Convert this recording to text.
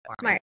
Smart